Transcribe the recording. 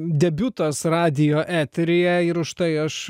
debiutas radijo eteryje ir už tai aš